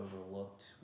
overlooked